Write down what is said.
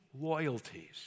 loyalties